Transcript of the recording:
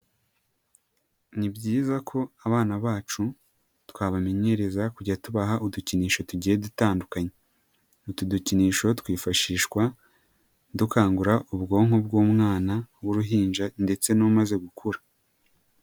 Ni byiza ko abana bacu twabamenyereza kujya tubaha udukinisho tugiye dutandukanye, utu dukinisho twifashishwa dukangura ubwonko bw'umwana w'uruhinja ndetse n'umaze gukura.